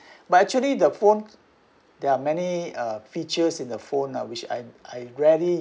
but actually the phone there are many uh features in the phone uh which I I rarely